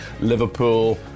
Liverpool